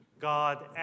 God